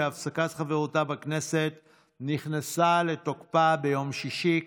שהפסקת חברותה בכנסת נכנסה לתוקפה ביום שישי,